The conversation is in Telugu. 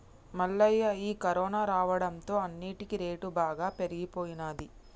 మల్లయ్య ఈ కరోనా రావడంతో అన్నిటికీ రేటు బాగా పెరిగిపోయినది